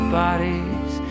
bodies